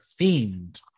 themed